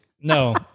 no